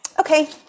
Okay